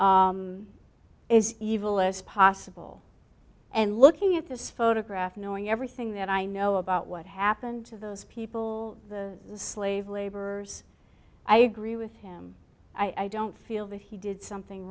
is evil is possible and looking at this photograph knowing everything that i know about what happened to those people the slave laborers i agree with him i don't feel that he did something